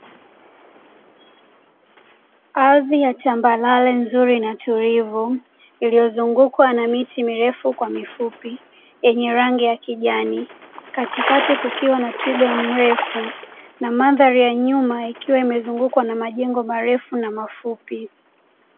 Ardhi ya tambarre nzuri na tulivu iliyozungukwa na miti mirefu kwa mifupi yenye rangi ya kijani, katikati kukiwa na twiga mrefu na mandhari ya nyuma ikiwa imezungukwa na majengo marefu na mafupi.